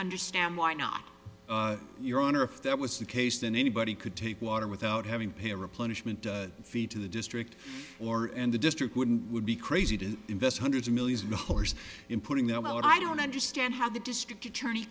understand why not your honor if that was the case then anybody could take water without having to pay replenishment fee to the district or and the district wouldn't would be crazy to invest hundreds of millions of dollars in putting them out i don't understand how the district attorney